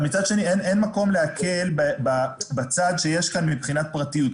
מצד שני אין מקום להקל בצעד שיש כאן מבחינת פרטיות,